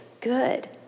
good